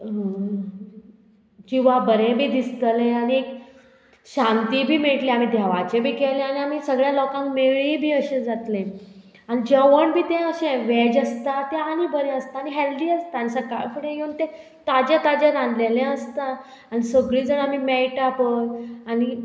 जिवा बरें बी दिसतलें आनी शांती बी मेळटली आमी देवाचें बी केलें आनी आमी सगळ्या लोकांक मेळ्ळीं बी अशें जातलें आनी जेवण बी तें अशें वॅज आसता तें आनी बरें आसता आनी हेल्दी आसता आनी सकाळ फुडें येवन तें ताजें ताजें रांदलेलें आसता आनी सगळीं जाण आमी मेळटा पय आनी